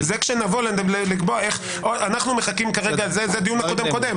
זה הדיון הקודם-קודם.